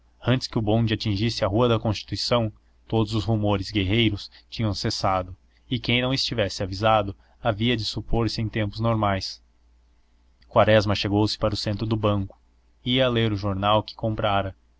antes que o bonde atingisse à rua da constituição todos os rumores guerreiros tinham cessado e quem não estivesse avisado havia de supor se em tempos normais quaresma chegou-se para o centro do banco e ia ler o jornal que comprara